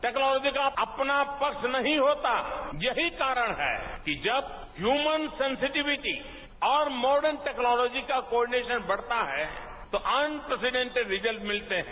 technology का अपना पक्ष नहीं होता यही कारण है कि जब ह्यूमन सेंसिटिविटी और मॉर्डन टेक्नोलॉजी का कॉर्डिनेशन बढ़ता है तो अनप्रिसिडेंटेड रिजल्ट मिलते हैं